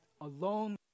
alone